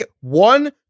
one